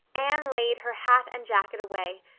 anne laid her hat and jacket away,